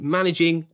managing